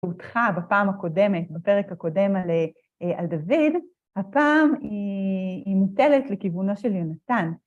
‫אותך בפעם הקודמת, בפרק הקודם על דוד, ‫הפעם היא מוטלת לכיוונו של יונתן.